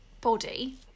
body